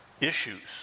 issues